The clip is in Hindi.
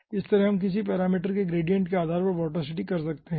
इसी तरह हम किसी पैरामीटर के ग्रेडिएंट के आधार पर वोर्टिसिटी कर सकते हैं